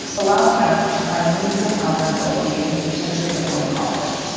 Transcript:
allowing us to find mutual calendar availability, and potentially avoid conflicts.